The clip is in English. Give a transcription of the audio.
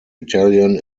italian